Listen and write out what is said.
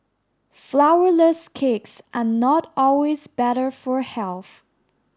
flourless cakes are not always better for health